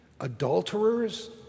adulterers